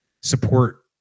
support